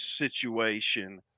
situation